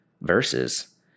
verses